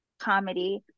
comedy